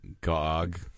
GOG